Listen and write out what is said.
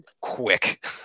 quick